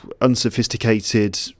unsophisticated